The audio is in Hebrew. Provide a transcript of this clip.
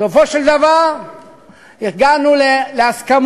בסופו של דבר הגענו להסכמות